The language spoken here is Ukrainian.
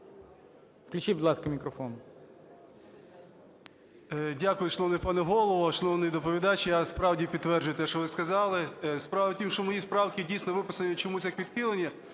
Включіть, будь ласка, мікрофон.